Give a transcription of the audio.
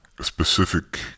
specific